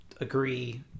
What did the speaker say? agree